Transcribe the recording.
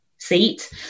seat